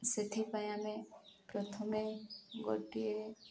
ସେଥିପାଇଁ ଆମେ ପ୍ରଥମେ ଗୋଟିଏ